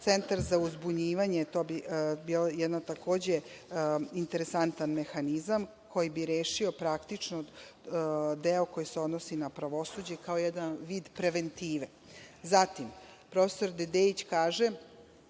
centar uzbunjivanje to bi bilo jedno takođe interesantan mehanizam koji bi rešio praktično deo koji se odnosi na pravosuđe kao jedan vid preventive. Zatim, prof. Dedeić kaže